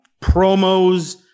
Promos